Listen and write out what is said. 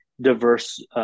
diverse